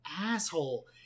asshole